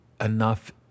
enough